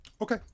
Okay